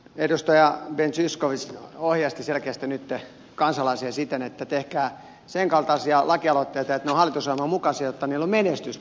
edustaja ben zyskowicz ohjasti selkeästi nyt kansalaisia siten että tehkää sen kaltaisia lakialoitteita että ne ovat hallitusohjelman mukaisia jotta niillä on menestystä